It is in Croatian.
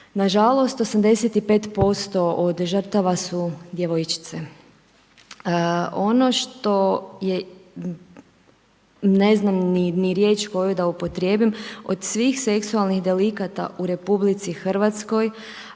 Nažalost 85% od žrtava su djevojčice. Ono što je ne znam ni riječ koju da upotrijebim, od svih seksualnih delikata u RH spolno